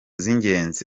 z’ingenzi